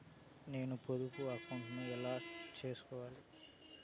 నేను పొదుపు అకౌంటు ను ఎలా సేసుకోవాలి?